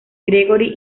gregory